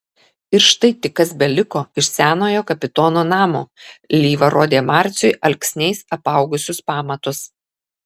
ir štai tik kas beliko iš senojo kapitono namo lyva rodė marciui alksniais apaugusius pamatus